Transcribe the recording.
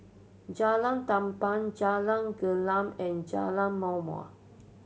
Jalan Tamban Jalan Gelam and Jalan Ma'mor